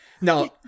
No